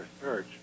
research